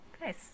Nice